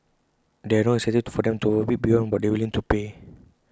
there are no incentives for them to overbid beyond what they are willing to pay